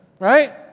right